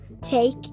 take